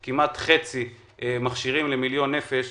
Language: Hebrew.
יש כמעט חצי מהמכשירים למיליון נפש,